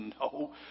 No